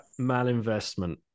malinvestment